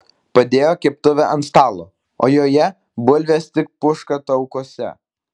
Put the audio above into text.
padėjo keptuvę ant stalo o joje bulvės tik puška taukuose